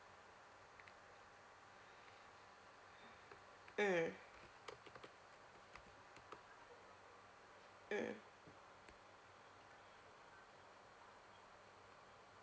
mm mm